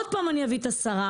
עוד פעם אני אביא את השרה,